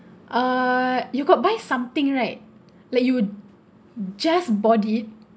uh you got buy something right like you just bought it